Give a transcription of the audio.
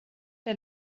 der